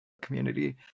community